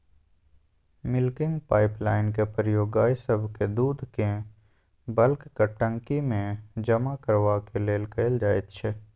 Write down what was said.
milking पाइपलाइनक प्रयोग गाय सभक दूधकेँ बल्कक टंकीमे जमा करबाक लेल कएल जाइत छै